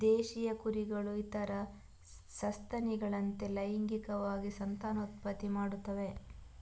ದೇಶೀಯ ಕುರಿಗಳು ಇತರ ಸಸ್ತನಿಗಳಂತೆ ಲೈಂಗಿಕವಾಗಿ ಸಂತಾನೋತ್ಪತ್ತಿ ಮಾಡುತ್ತವೆ